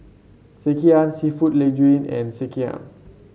Sekihan seafood Linguine and Sekihan